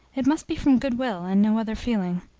it must be from goodwill, and no other feeling.